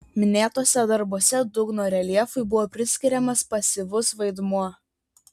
minėtuose darbuose dugno reljefui buvo priskiriamas pasyvus vaidmuo